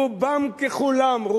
רובם ככולם על